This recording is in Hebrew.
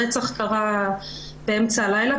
הרצח קרה באמצע הלילה,